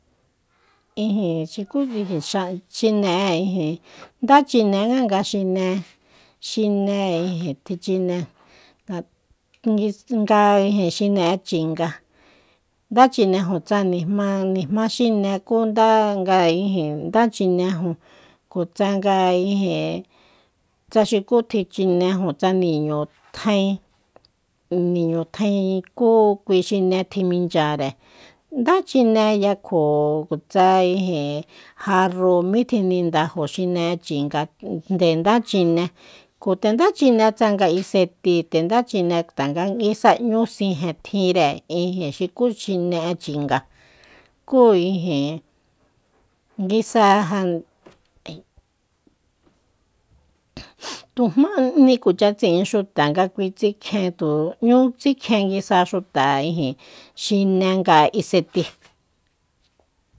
Ijin xuku xa xineꞌe ijin ndá chine nga xine- xine ijin tjichine nga nga xineꞌe chinga ndá chinejun tsa nijma nijma xine kú ndá nga ijin kú ndá chinejun kjutsa nga ijin tsa xukú tjichinejun tsa niñu tjain niñu tjain kú kui xine tjiminchare ndá chineya kju kjutsa ijin jarru mitjinindaju xineꞌe chinga nde ndá chine kju nde ndá chine tsanga iseti nde ndá chine tanga nguisa ꞌñu sijen tjinre ijin xukú xineꞌe chinga kú ijin nguisa je tujmáni kuacha tsiꞌin xuta nga kui tsikjien tu ꞌñu tsikjien nguisa xuta ijin xina nga iseti.